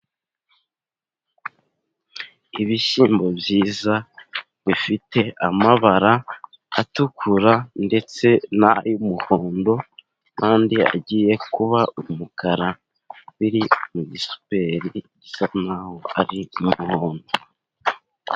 Ibishyimbo byiza, bifite amabara atukura, ndetse n'ay'umuhondo, kandi agiye kuba umukara, biri mu gisuperi gisa nk'aho ari umuhondo.